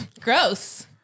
Gross